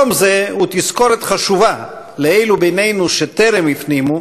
יום זה הוא תזכורת חשובה לאלו בינינו שטרם הפנימו